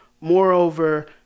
Moreover